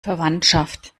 verwandschaft